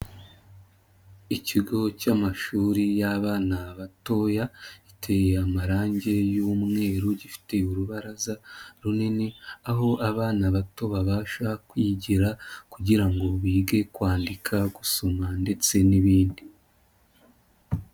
Ikigo cy'amashuri y'abana batoya giteye amarangi y'umweru, gifite urubaraza runini aho abana bato babasha kwigira kugira ngo bige kwandika, gusoma ndetse n'ibindi.